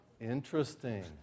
Interesting